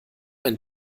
ein